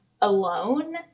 alone